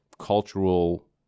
cultural